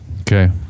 Okay